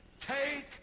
Take